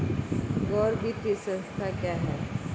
गैर वित्तीय संस्था क्या है?